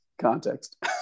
context